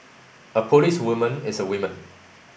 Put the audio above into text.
a policewoman is a woman